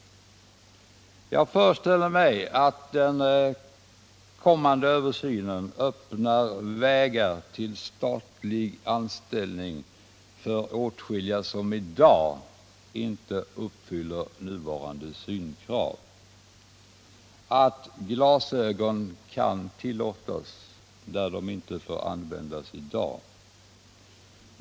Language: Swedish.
Jag föreställer mig att den kommande översynen öppnar vägar till statlig anställning för åtskilliga som inte uppfyller nu gällande synkrav, dvs. så att glasögon kan tillåtas där de inte får användas i dag.